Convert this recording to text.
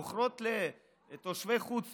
מוכרות לתושבי חוץ